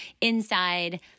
inside